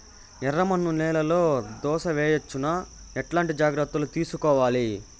ఎర్రమన్ను నేలలో దోస వేయవచ్చునా? ఎట్లాంటి జాగ్రత్త లు తీసుకోవాలి?